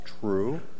true